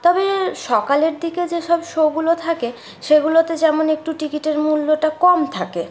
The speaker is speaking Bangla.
তবে সকালের দিকে যে সব শোগুলো থাকে সেগুলোতে যেমন একটু টিকিটের মূল্যটা কম থাকে